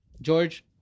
George